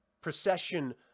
procession